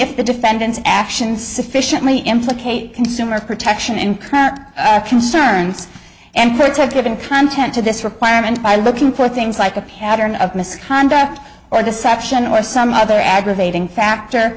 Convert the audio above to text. if the defendant's actions sufficiently implicate consumer protection in current concerns and protective and content to this requirement by looking for things like a pattern of misconduct or deception or some other aggravating factor